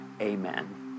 amen